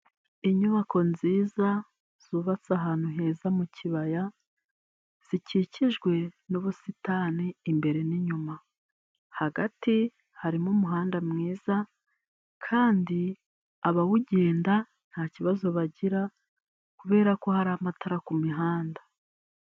Inyubako nziza zubatse ahantu heza mu kibaya, zikikijwe n'ubusitani imbere n'inyuma. Hagati harimo umuhanda mwiza, kandi abawugenda nta kibazo bagira, kubera ko hari amatara ku mihanda.